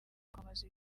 kwamamaza